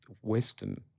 Western